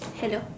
hello